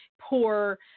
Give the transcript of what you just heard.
poor